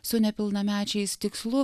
su nepilnamečiais tikslu